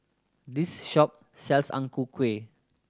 this shop sells Ang Ku Kueh